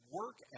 work